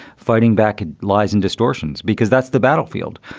fighting back lies and distortions, because that's the battlefield.